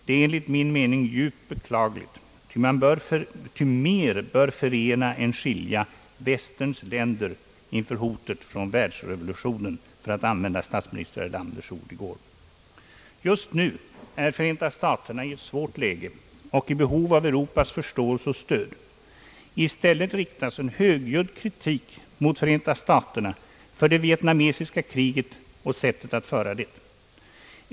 Det är enligt min mening djupt beklagligt, ty man bör förena i stället för att skilja västerns länder inför hotet från världsrevolutionen, för att använda statsminister Erlanders ord från i går. Just nu är Förenta staterna i ett svårt läge och i behov av Europas förståelse och stöd. I stället riktas en högljudd kritik mot Förenta staterna för det vietnamesiska kriget och sättet att föra det.